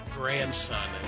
grandson